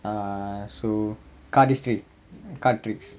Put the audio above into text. err so cardistry card tricks